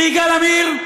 ויגאל עמיר,